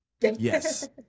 Yes